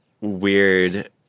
weird